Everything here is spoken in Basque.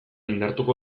indartuko